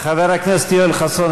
חבר הכנסת יואל חסון,